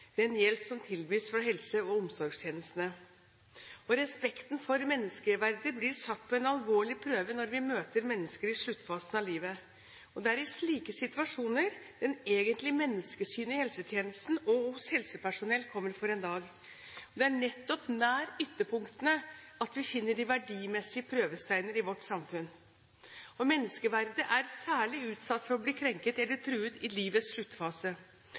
den hjelp som tilbys fra helse- og omsorgstjenestene. Respekten for menneskeverdet blir satt på en alvorlig prøve når vi møter mennesker i sluttfasen av livet. Det er i slike situasjoner det egentlige menneskesynet i helsetjenesten og hos helsepersonell kommer for en dag. Det er nettopp nær ytterpunktene at vi finner de verdimessige prøvesteiner i vårt samfunn. Menneskeverdet er særlig utsatt for å bli krenket eller truet i livets sluttfase.